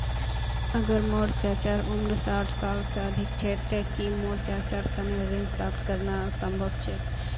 अगर मोर चाचा उम्र साठ साल से अधिक छे ते कि मोर चाचार तने ऋण प्राप्त करना संभव छे?